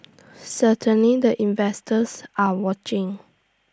certainly the investors are watching